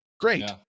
Great